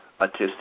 autistic